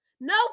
No